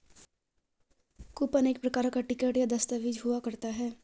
coupon एक प्रकार का टिकट या दस्ताबेज हुआ करता है